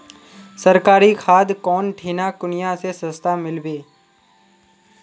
सरकारी खाद कौन ठिना कुनियाँ ले सस्ता मीलवे?